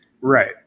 Right